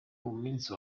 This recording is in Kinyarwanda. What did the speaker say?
munsi